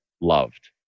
loved